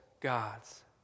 gods